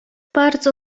bardzo